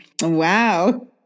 Wow